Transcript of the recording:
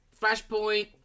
Flashpoint